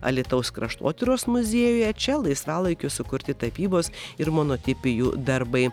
alytaus kraštotyros muziejuje čia laisvalaikiu sukurti tapybos ir monotipijų darbai